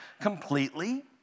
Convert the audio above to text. completely